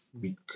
week